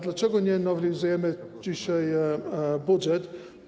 Dlaczego nie nowelizujemy dzisiaj budżetu?